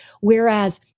Whereas